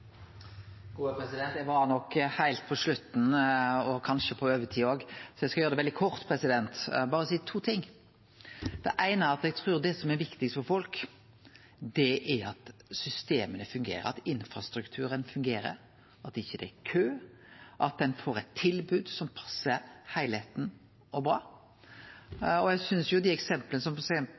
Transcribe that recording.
nok heilt på slutten, kanskje på overtid, men eg skal veldig kort berre seie to ting. Det eine er at eg trur det som er viktigast for folk, er at systema fungerer, at infrastrukturen fungerer, at det ikkje er kø, at ein får eit tilbod som passar heilskapen og er bra. Eg synest